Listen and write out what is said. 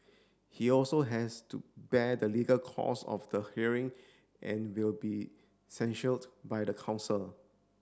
he also has to bear the legal cost of the hearing and will be censured by the council